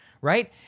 Right